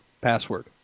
password